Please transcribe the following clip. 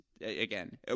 again